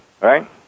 right